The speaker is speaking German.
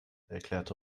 erklärte